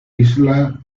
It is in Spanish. isla